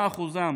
2. מה אחוזם